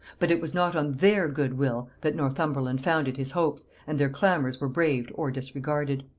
but it was not on their good will that northumberland founded his hopes, and their clamors were braved or disregarded.